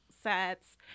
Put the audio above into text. sets